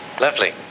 Lovely